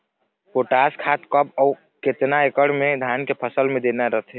Potash खाद कब अऊ केतना एकड़ मे धान के फसल मे देना रथे?